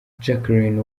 jacqueline